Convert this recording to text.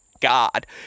God